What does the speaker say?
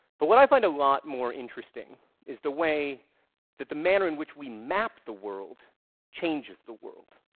but what i find a lot more interesting is the way that the manner in which we map the world changes the world.